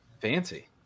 Fancy